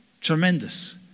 Tremendous